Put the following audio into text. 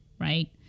right